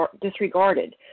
disregarded